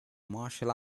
martial